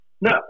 No